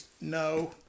no